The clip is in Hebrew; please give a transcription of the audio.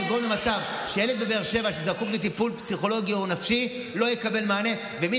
המזעזעות שהולכות ונחשפות ממחישים לנו היטב עד כמה צדקו נעמי